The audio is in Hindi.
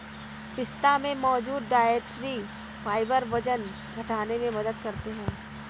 पिस्ता में मौजूद डायट्री फाइबर वजन घटाने में मदद करते है